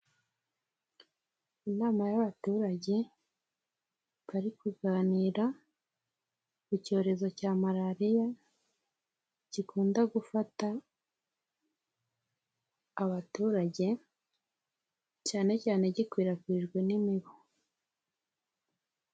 Inama y'abaturage bari kuganira ku cyorezo cya malariya, gikunda gufata abaturage cyane cyane gikwirakwijwe n'imibu.